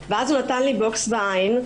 ואז הוא נתן לי בוקס בעין,